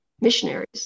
missionaries